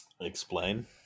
Explain